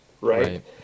right